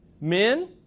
men